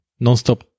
nonstop